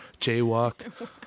jaywalk